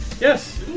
Yes